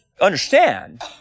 understand